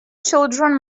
children